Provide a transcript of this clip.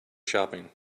shopping